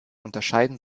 unterscheiden